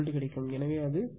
எனவே அது 307